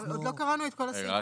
עוד לא קראנו את כל הסעיף.